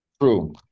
true